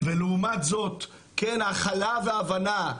ולעומת זאת הכלה והבנה.